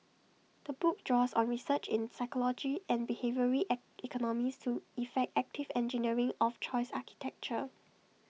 the book draws on research in psychology and behavioural I economics to effect active engineering of choice architecture